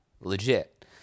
legit